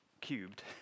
cubed